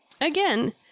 Again